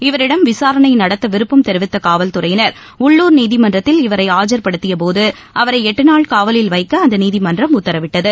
இவரிடம் விசாரணை நடத்த விருப்பம் தெரிவித்த காவல்துறையினா் உள்ளுர் நீதிமன்றத்தல் இவரை ஆஜா்படுத்தியபோது அவரை எட்டு நாள் காவலில் வைக்க அந்த நீதிமன்றம் உத்தரவிட்டது